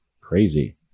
Crazy